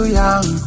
young